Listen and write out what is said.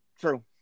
True